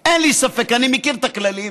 אין לי ספק, אני מכיר את הכללים,